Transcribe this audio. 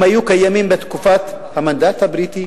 הם היו קיימים בתקופת המנדט הבריטי,